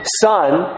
son